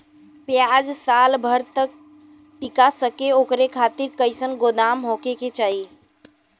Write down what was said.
प्याज साल भर तक टीका सके ओकरे खातीर कइसन गोदाम होके के चाही?